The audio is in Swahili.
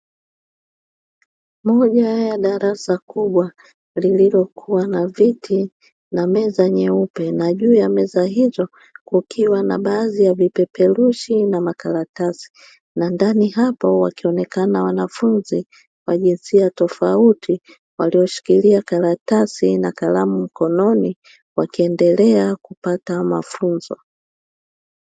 Moja ya darasa kubwa lililokuwa na viti na meza nyeupe na juu ya meza hizo kukiwa na baadhi ya vipeperushi na makaratasi, na ndani hapo wakionekana wanafunzi wa jinsia tofauti, walioshikilia karatasi na kalamu mkononi, wakiendelea kupata mafunzo.